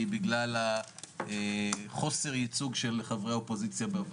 אמרתי שאני אצביע נגד כי אני רוצה להפיל את הממשלה הזאת.